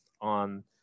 on